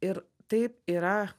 ir taip yra